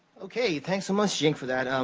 okay, thanks so much, jing, for that. um